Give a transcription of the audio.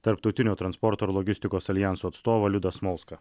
tarptautinio transporto ir logistikos aljanso atstovą liudą smolską